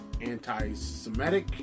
Anti-Semitic